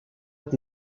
est